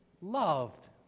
loved